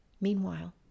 Meanwhile